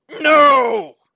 No